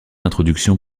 introduction